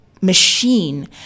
machine